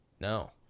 No